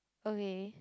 okay